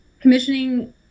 commissioning